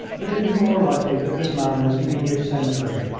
but it was more likely that this man was an english sentry.